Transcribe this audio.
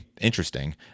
interesting